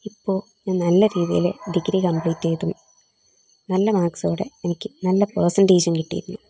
ഇപ്പോൾ ഞാൻ നല്ല രീതിയിൽ ഡിഗ്രി കംപ്ലീറ്റ് ചെയ്തു നല്ല മാർക്സോടെ എനിക്ക് നല്ല പെർസെൻറ്റേജും കിട്ടി